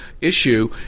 issue